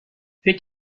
فکر